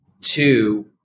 Two